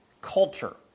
culture